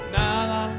nada